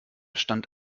stand